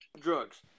drugs